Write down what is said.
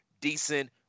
decent